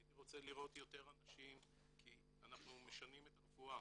הייתי רוצה לראות יותר אנשים כי אנחנו משנים את הרפואה.